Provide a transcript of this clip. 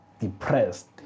depressed